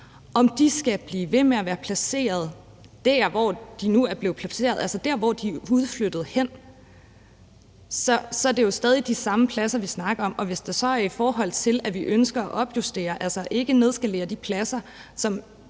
skal blive ved med at være placeret der, hvor de nu er blevet placeret, altså der, hvor de er blevet udflyttet til. Så er det jo stadig de samme pladser, vi snakker om. Og i forhold til at vi ønsker at opjustere, altså ikke nedskalere, de pladser, som